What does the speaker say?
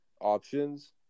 options